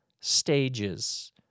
stages